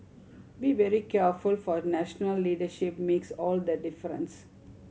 be very careful for national leadership makes all the difference